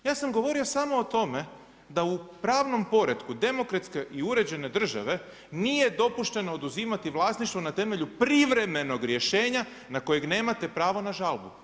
Ja sam govorio samo o tome da u pravnom poretku demokratske i uređene države nije dopušteno oduzimati vlasništvo na temelju privremenog rješenja na kojeg nemate pravo na žalbu.